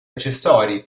accessori